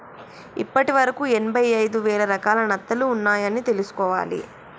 ఇప్పటి వరకు ఎనభై ఐదు వేల రకాల నత్తలు ఉన్నాయ్ అని తెలుసుకోవాలి